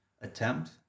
attempt